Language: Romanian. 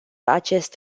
acest